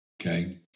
Okay